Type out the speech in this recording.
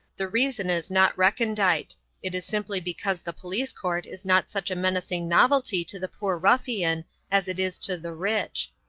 the reason is not recondite it is simply because the police-court is not such a menacing novelty to the poor ruffian as it is to the rich.